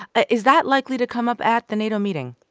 ah is that likely to come up at the nato meeting?